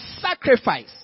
sacrifice